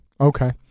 okay